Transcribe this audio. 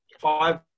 five